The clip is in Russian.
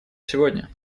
сегодня